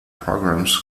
programs